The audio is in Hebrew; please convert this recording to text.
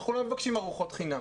אנחנו לא מבקשים ארוחות חינם.